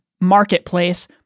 marketplace